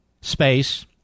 space